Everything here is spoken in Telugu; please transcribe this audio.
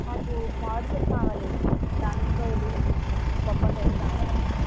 మాకు మామిడి కాయలు కావాలండి దానిమ్మకాయలు బత్తాయి కాయలు కావాలండి